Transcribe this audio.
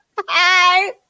Hi